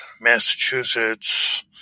Massachusetts